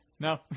No